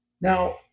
Now